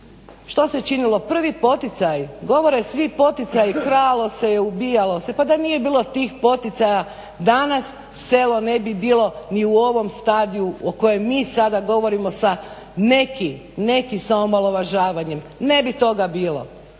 Što se činilo? Prvi poticaji govore svi poticaji, kralo se, ubijalo se. Pa da nije bilo tih poticaja danas selo ne bi bilo ni u ovom stadiju o kojem mi sada govorimo sa neki, neki sa omalovažavanjem. Ne bi toga bilo,